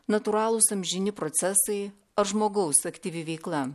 natūralūs amžini procesai ar žmogaus aktyvi veikla